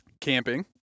camping